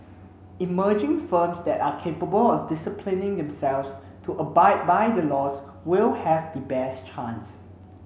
emerging firms that are capable of disciplining themselves to abide by the laws will have the best chance